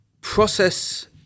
process